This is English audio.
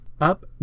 up